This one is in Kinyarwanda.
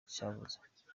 cavuze